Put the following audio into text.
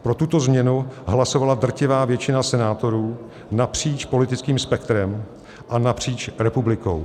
Pro tuto změnu hlasovala drtivá většina senátorů napříč politickým spektrem a napříč republikou.